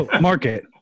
Market